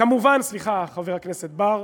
כמובן, חבר הכנסת בר,